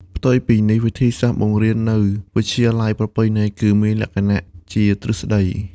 ផ្ទុយពីនេះ វិធីសាស្ត្របង្រៀននៅ វិទ្យាល័យប្រពៃណី គឺមានលក្ខណៈជា ទ្រឹស្តី។